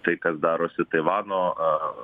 tai kas darosi taivano